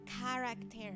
character